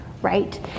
Right